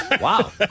Wow